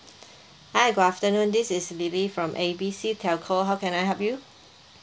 hi good afternoon this is lily from A B C telco how can I help you